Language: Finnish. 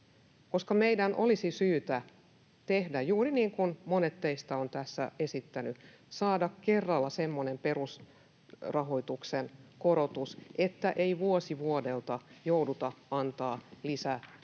meidän olisi syytä tehdä juuri niin kuin monet teistä ovat tässä esittäneet, saada kerralla semmoinen perusrahoituksen korotus, että ei vuosi vuodelta jouduta antamaan